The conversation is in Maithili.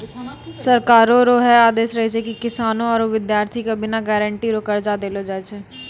सरकारो रो है आदेस रहै छै की किसानो आरू बिद्यार्ति के बिना गारंटी रो कर्जा देलो जाय छै